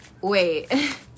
wait